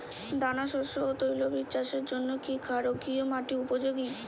দানাশস্য ও তৈলবীজ চাষের জন্য কি ক্ষারকীয় মাটি উপযোগী?